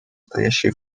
стоящие